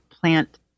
plant